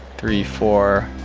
three, four,